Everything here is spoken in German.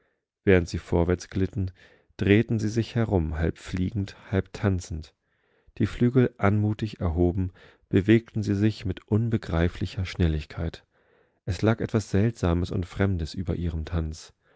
während sie vorwärtsglitten drehten sie sich herum halb fliegend halb tanzend die flügelanmutigerhoben bewegtensiesichmitunbegreiflicherschnelligkeit es lag etwas seltsames und fremdes über ihrem tanz